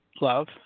love